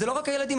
זה לא רק הילדים.